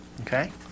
Okay